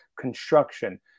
construction